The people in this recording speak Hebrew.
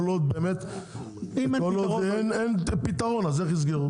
כל עוד אין פתרון איך יסגרו?